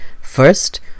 First